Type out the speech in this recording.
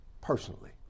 personally